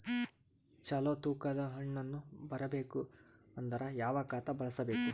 ಚಲೋ ತೂಕ ದ ಹಣ್ಣನ್ನು ಬರಬೇಕು ಅಂದರ ಯಾವ ಖಾತಾ ಬಳಸಬೇಕು?